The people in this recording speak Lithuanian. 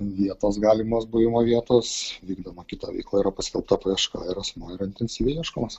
vietos galimos buvimo vietos vykdoma kita veikla yra paskelbta paieška ir asmuo yra intensyviai ieškomas